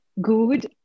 good